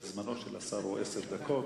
זמנו של השר הוא עשר דקות,